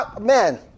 man